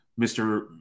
Mr